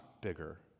bigger